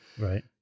Right